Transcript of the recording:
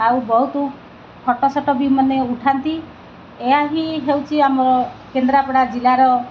ଆଉ ବହୁତ photo shot ବି ମାନେ ଉଠାନ୍ତି ଏହା ହିଁ ହେଉଛି ଆମ କେନ୍ଦ୍ରାପଡ଼ା ଜିଲ୍ଲାର